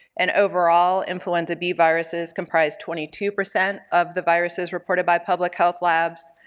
and overall influenza b viruses comprised twenty two percent of the viruses reported by public health labs,